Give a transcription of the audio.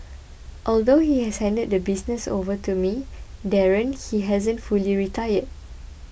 although he has handed the business over to me Darren he hasn't fully retired